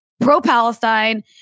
pro-Palestine